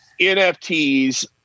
NFTs